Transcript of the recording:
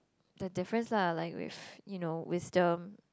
there're difference lah like with you know wisdom